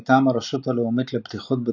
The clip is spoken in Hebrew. מטעם הרשות הלאומית לבטיחות בדרכים,